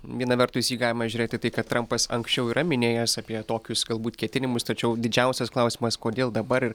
viena vertus jį galima žiūrėti tai kad trampas anksčiau yra minėjęs apie tokius galbūt ketinimus tačiau didžiausias klausimas kodėl dabar ir